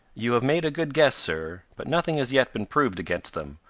you have made a good guess, sir but nothing has yet been proved against them,